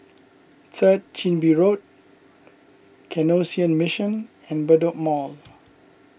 Third Chin Bee Road Canossian Mission and Bedok Mall